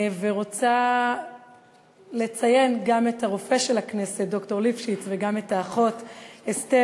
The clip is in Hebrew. ורוצה לציין גם את הרופא של הכנסת ד"ר ליפשיץ וגם את האחות אסתר,